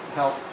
help